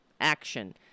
Action